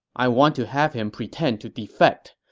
i want to have him pretend to defect,